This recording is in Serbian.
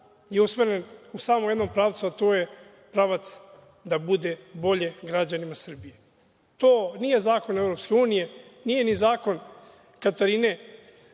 je usmeren u samo jednom pravcu, a to je pravac da bude bolje građanima Srbije. To nije zakon EU, nije ni zakon Katarine